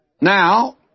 Now